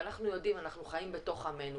ואנחנו חיים בתוך עמנו,